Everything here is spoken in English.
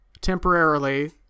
temporarily